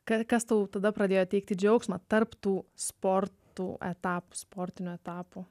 ka kas tada tada pradėjo teikti džiaugsmą tarp tų sportų etapų sportinio etapo